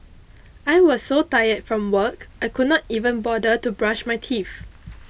I was so tired from work I could not even bother to brush my teeth